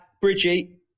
Bridgie